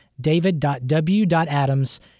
david.w.adams